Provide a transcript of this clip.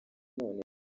none